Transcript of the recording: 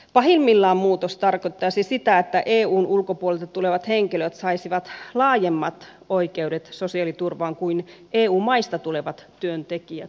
pahimmillaan muutos tarkoittaisi sitä että eun ulkopuolelta tulevat henkilöt saisivat laajemmat oikeudet sosiaaliturvaan kuin eu maista tulevat työntekijät